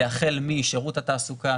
זה החל משירות התעסוקה,